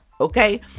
Okay